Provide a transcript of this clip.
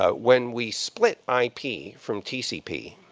ah when we split i p. from tcp,